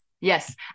yes